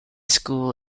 school